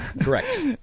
Correct